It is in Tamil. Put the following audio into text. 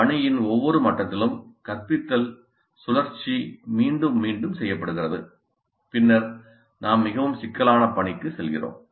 பணியின் ஒவ்வொரு மட்டத்திலும் கற்பித்தல் சுழற்சி மீண்டும் மீண்டும் செய்யப்படுகிறது பின்னர் நாம் மிகவும் சிக்கலான பணிக்கு செல்கிறோம்